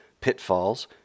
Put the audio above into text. pitfalls